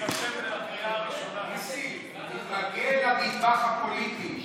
ניסים, תתרגל למטבח הפוליטי.